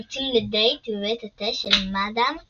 יוצאים לדייט בבית התה של מאדאם פודיפוט,